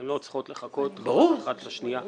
הן לא צריכות לחכות אחת לשנייה.